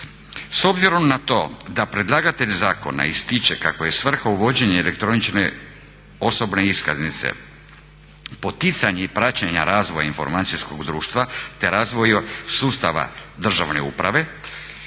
S obzirom na to da predlagatelj zakona ističe kako je svrha uvođenje elektroničke osobne iskaznice poticanje i praćenje razvoja informacijskog društva te razvoja sustava državne uprave,